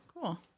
cool